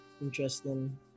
interesting